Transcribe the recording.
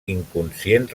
inconscient